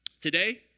today